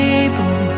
able